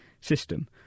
system